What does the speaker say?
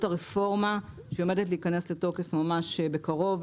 הרפורמה שעומדת להיכנס לתוקף ממש בקרוב,